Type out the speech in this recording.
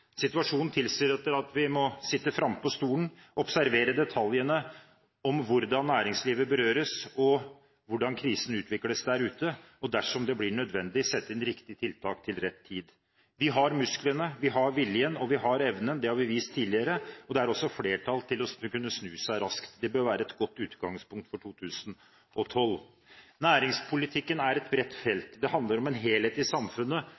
Situasjonen tilsier at vi må sitte frampå stolen, observere detaljene om hvordan næringslivet berøres, og hvordan krisen utvikles der ute, og, dersom det blir nødvendig, sette inn riktige tiltak til rett tid. Vi har musklene, vi har viljen, og vi har evnen. Det har vi vist tidligere, og det er også flertall til å kunne snu seg raskt. Det bør være et godt utgangspunkt for 2012. Næringspolitikken er et bredt felt. Det handler om en helhet i samfunnet